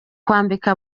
kwambika